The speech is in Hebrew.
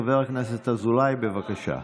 חבר הכנסת אזולאי, בבקשה.